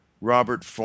Robert